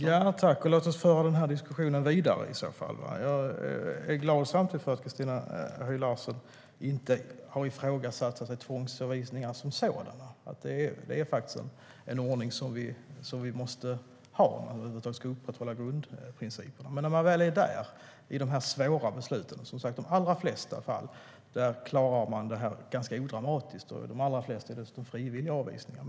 Herr talman! Låt oss föra den här diskussionen vidare i så fall. Jag är glad att Christina Höj Larsen inte har ifrågasatt tvångsavvisningar som sådana. Det är faktiskt en ordning som vi måste ha om vi över huvud taget ska upprätthålla grundprincipen. I de allra flesta fall klarar man det här ganska odramatiskt. De allra flesta avvisningar är dessutom frivilliga.